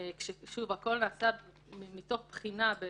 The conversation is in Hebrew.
שוב, הכול נעשה מתוך בחינה של